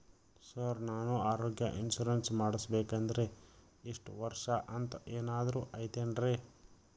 Sir ನಾನು ಆರೋಗ್ಯ insurance ಮಾಡಿಸ್ಬೇಕಂದ್ರೆ ಇಷ್ಟ ವರ್ಷ ಅಂಥ ಏನಾದ್ರು ಐತೇನ್ರೇ?